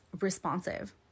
responsive